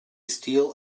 steal